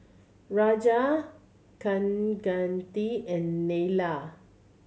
Raja Kaneganti and Neila